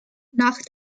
nach